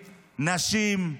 נשים,